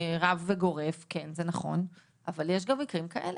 באופן גורף, אבל זה גם קורה.